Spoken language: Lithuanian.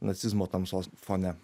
nacizmo tamsos fone